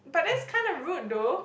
but that's kinda rude though